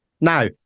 Now